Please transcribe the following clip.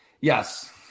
Yes